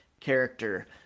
character